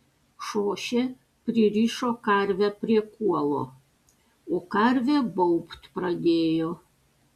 šošė pririšo karvę prie kuolo o karvė baubt pradėjo